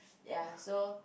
ya so